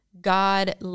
God